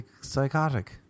psychotic